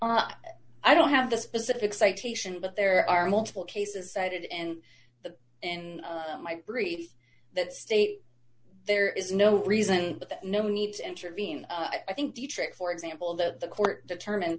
on i don't have the specific citation but there are multiple cases cited in the in my brief that state there is no reason no need to intervene i think the trick for example that the court determined